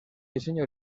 diseño